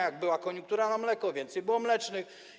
Jak była koniunktura na mleko, więcej było mlecznych.